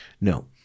No